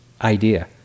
idea